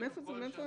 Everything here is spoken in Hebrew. מאיפה זה?